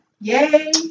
Yay